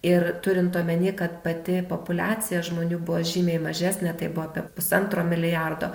ir turint omeny kad pati populiacija žmonių buvo žymiai mažesnė tai buvo apie pusantro milijardo